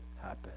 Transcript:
happen